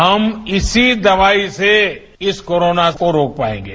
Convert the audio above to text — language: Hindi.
हम इसी दवाई से इस कोरोना को रोक पाएंगे